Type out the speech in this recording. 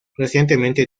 recientemente